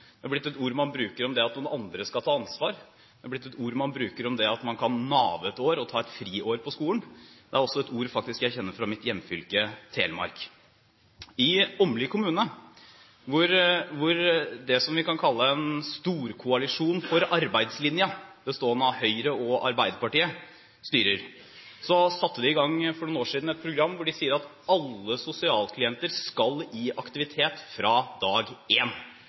Det er blitt et ord man bruker om at noen andre skal ta ansvar. Det er blitt et ord man bruker om det å ta et friår på skolen; man kan «nave» et år. Det er faktisk også et ord jeg kjenner fra mitt hjemfylke, Telemark. I Åmli kommune der det som vi kan kalle en storkoalisjon for arbeidslinjen, bestående av Høyre og Arbeiderpartiet, styrer, satte de for noen år siden i gang et program der de sier at alle sosialklienter skal i aktivitet fra dag